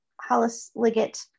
Hollis-Liggett